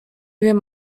wiem